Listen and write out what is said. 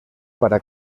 para